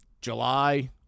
July